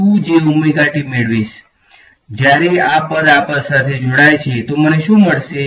હું આ જ રીતે મેળવીશ જ્યારે આ પદ આ પદ સાથે જોડાય તો મને શું મળશે